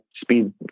speed